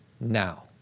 Now